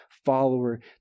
follower